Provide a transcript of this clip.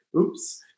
Oops